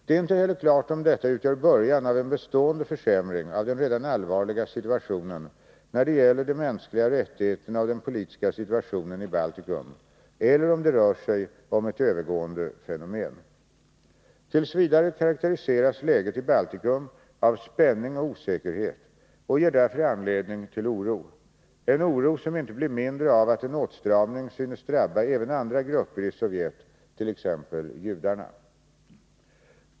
Det är inte heller klart om detta utgör början av en bestående försämring av den redan allvarliga situationen när det gäller de mänskliga rättigheterna och den politiska situationen i Baltikum eller om det rör sig om ett övergående fenomen. T. v. karakteriseras läget i Baltikum av spänning och osäkerhet och ger därför anledning till oro, en oro som inte blir mindre av att en åtstramning synes drabba även andra grupper i Sovjet, t.ex. judarna.